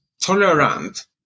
tolerant